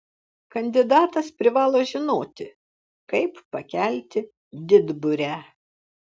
kandidatas privalo žinoti kaip pakelti didburę